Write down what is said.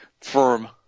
firm